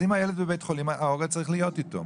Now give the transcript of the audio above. אם הילד בבית חולים מישהו מההורים צריך להיות איתו.